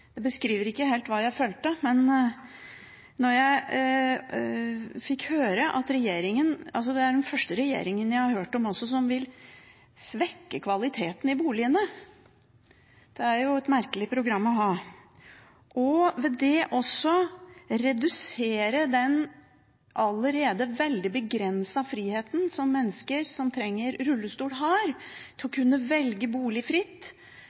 det beskriver ikke helt hva jeg følte – da jeg fikk høre at regjeringen, som den første regjeringen jeg har hørt om, vil svekke kvaliteten i boligene, noe som jo er et merkelig program å ha, og ved det også redusere den allerede veldig begrensede friheten som mennesker som trenger rullestol, har til å kunne velge bolig fritt,